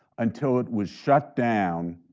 until it was shut down